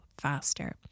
faster